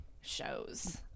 shows